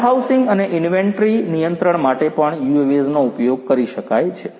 warehousing અને inventory નિયંત્રણ માટે પણ UAVs નો ઉપયોગ કરી શકાય છે